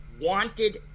wanted